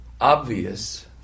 obvious